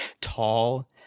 tall